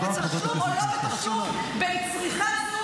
בתשלום או לא בתשלום -- תודה רבה.